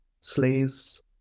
Slaves